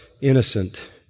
innocent